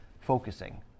focusing